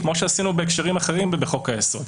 כמו שעשינו בהקשרים אחרים ובחוק היסוד.